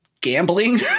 gambling